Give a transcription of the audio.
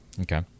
Okay